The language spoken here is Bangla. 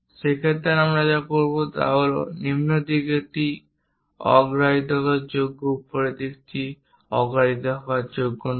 সেক্ষেত্রে আমরা যা করব তা হল নিম্ন দিকটি অগ্রাধিকারযোগ্য উপরের দিকটি অগ্রাধিকারযোগ্য নয়